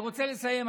אני רוצה לסיים,